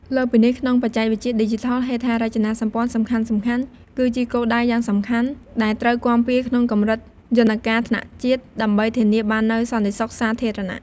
លើសពីនេះ ក្នុងបច្ចេកវិទ្យាឌីជីថល ហេដ្ឋារចនាសម្ព័ន្ធសំខាន់ៗ គឺជាគោលដៅយ៉ាងសំខាន់ ដែលត្រូវគាំពារក្នុងកម្រិតយន្តការថ្នាក់ជាតិ ដើម្បីធានាបាននូវសន្តិសុខសាធារណៈ។